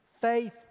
faith